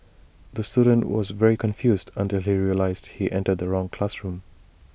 the student was very confused until he realised he entered the wrong classroom